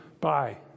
bye